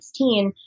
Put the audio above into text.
2016